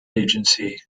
agency